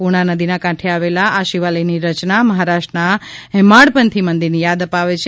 પૂર્ણા નદીના કાંઠે આવેલા આ શિવાલયની રચના મહારાષ્ટ્રના હેમાડપંથી મંદિરની યાદ અપાવે છે